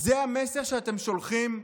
זה המסר שאתם שולחים?